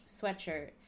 sweatshirt